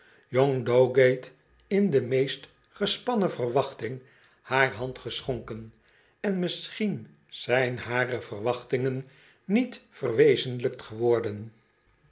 youngdowgate in de meest gespannen verwachting haar hand geschonken en misschien zijn hare verwachtingen niet verwezenlijkt geworden